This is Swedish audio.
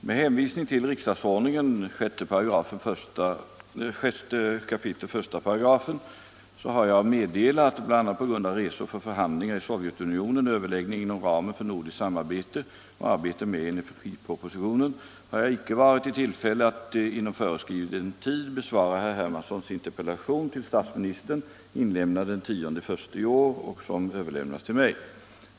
Herr talman! Med hänvisning till riksdagsordningen 6 kap. 15 får jag — Allmänpolitisk meddela att bl.a. på grund av resor för förhandlingar i Sovjetunionen, debatt överläggning inom ramen för nordiskt samarbete och arbete med energipropositionen har jag icke varit i tillfälle att inom föreskriven tid besvara herr Hermanssons interpellation till statsministern, inlämnad den 10 januari i år, som överlämnats till mig.